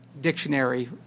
dictionary